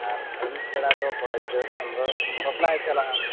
ᱟᱨ ᱟᱹᱭᱩᱵ ᱵᱮᱲᱟ ᱫᱚ ᱠᱚᱲᱟ ᱜᱤᱫᱽᱨᱟᱹ ᱠᱷᱟᱱ ᱫᱚ ᱵᱟᱯᱞᱟᱜ ᱮ ᱪᱟᱞᱟᱜᱼᱟ